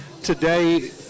today